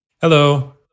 Hello